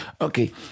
Okay